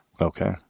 Okay